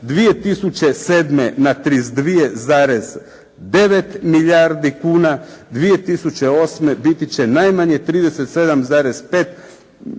2007. na 32,9 milijardi kuna. 2008. biti će najmanje 37,5 pardon